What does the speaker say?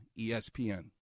ESPN